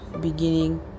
beginning